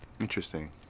Interesting